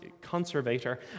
conservator